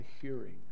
hearing